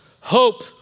Hope